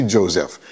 Joseph